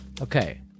Okay